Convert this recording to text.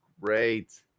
great